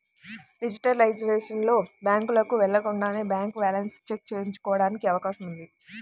digitalisation లో, బ్యాంకుకు వెళ్లకుండానే బ్యాంక్ బ్యాలెన్స్ చెక్ ఎంచుకోవడానికి అవకాశం ఉంది